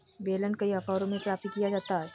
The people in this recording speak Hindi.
बेलन कई आकारों में प्राप्त किया जाता है